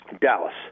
Dallas